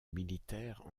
militaire